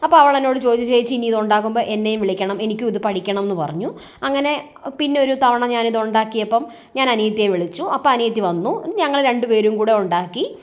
അവളെന്നോട് ചോദിച്ചു ചേച്ചി ഇനി ഇത് ഉണ്ടാക്കുമ്പം എന്നെയും വിളിക്കണം എനിക്കും ഇത് പഠിക്കണമെന്ന് പറഞ്ഞു അങ്ങനെ പിന്നെ ഒരു തവണ ഞാനിത് ഉണ്ടാക്കിയപ്പം ഞാനനിയത്തിയെ വിളിച്ചു അപ്പം അനിയത്തി വന്നു ഞങ്ങൾ രണ്ടു പേരും കൂടി ഉണ്ടാക്കി